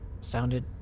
Sounded